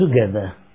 together